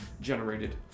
generated